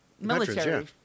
military